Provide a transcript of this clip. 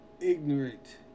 ignorant